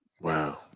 Wow